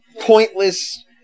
pointless